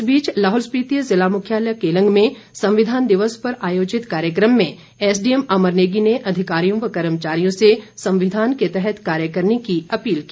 इस बीच लाहौल स्पिति जिला मुख्यालय केलंग में संविधान दिवस पर आयोजित कार्यक्रम में एसडीएम अमर नेगी ने अधिकारियों व कर्मचारियों से संविधान के तहत कार्य करने की अपील की